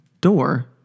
Door